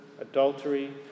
adultery